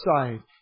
side